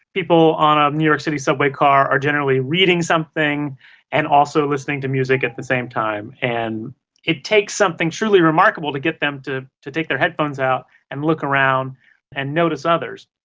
people on a new york city subway car are generally reading something and also listening to music at the same time and it takes something truly remarkable to get them to to take their head phones out and look around and notice others.